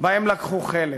שבהם לקחו חלק.